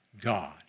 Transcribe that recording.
God